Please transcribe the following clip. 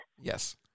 Yes